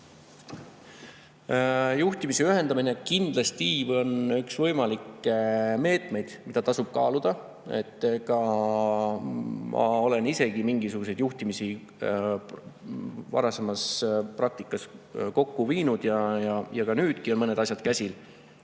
Juhtimise ühendamine kindlasti on üks võimalikke meetmeid, mida tasub kaaluda. Ka ma olen mingisuguseid juhtimisi varasemas praktikas kokku viinud ja nüüdki on mõned asjad käsil.